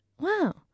wow